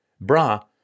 Bra